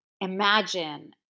imagine